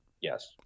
Yes